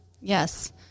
Yes